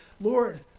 Lord